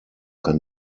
kann